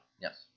Yes